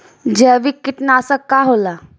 जैविक कीटनाशक का होला?